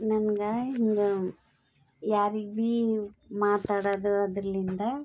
ನಂಗೆ ಹಿಂಗೆ ಯಾರಿಗೆ ಭೀ ಮಾತಾಡೋದು ಅದರಲ್ಲಿಂದ